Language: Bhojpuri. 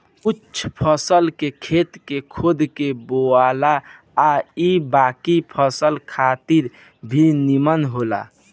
कुछ फसल के खेत के खोद के बोआला आ इ बाकी फसल खातिर भी निमन होला